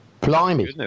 Blimey